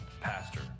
pastor